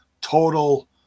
total